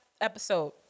episode